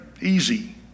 easy